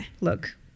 look